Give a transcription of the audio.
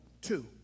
Two